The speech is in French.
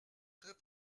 très